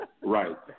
Right